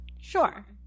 Sure